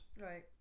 Right